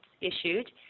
issued